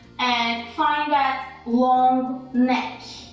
and find that long neck